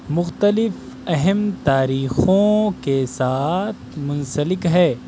مختلف اہم تاریخوں کے ساتھ منسلک ہے